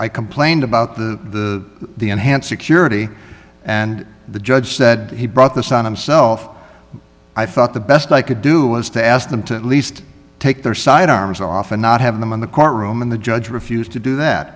i complained about the the enhanced security and the judge said he brought this on himself i thought the best i could do was to ask them to at least take their sidearms off and not have them in the courtroom and the judge refused to do that